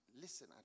listen